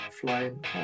flying